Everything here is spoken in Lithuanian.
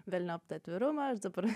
velniop tą atvirumą aš dabar